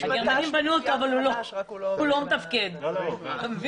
הגרמנים בנו אותו, אבל הוא לא מתפקד, אתה מבין?